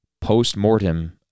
post-mortem